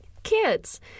Kids